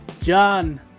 John